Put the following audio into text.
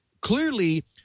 clearly